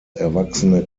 erwachsene